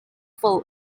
full